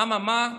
אממה,